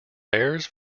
fares